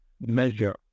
measure